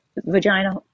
vagina